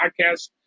podcast